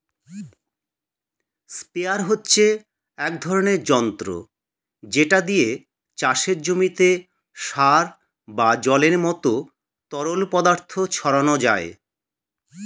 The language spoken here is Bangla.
স্প্রেয়ার হচ্ছে এক ধরনের যন্ত্র যেটা দিয়ে চাষের জমিতে সার বা জলের মতো তরল পদার্থ ছড়ানো যায়